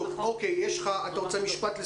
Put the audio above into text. חבר הכנסת יבגני